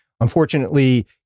unfortunately